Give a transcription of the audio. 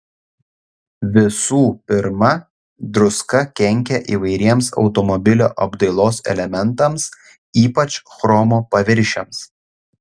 visų pirma druska kenkia įvairiems automobilio apdailos elementams ypač chromo paviršiams